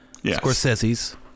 Scorsese's